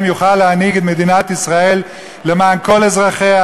יוכל להנהיג את מדינת ישראל למען כל אזרחיה,